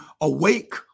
awake